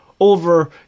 over